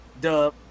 dub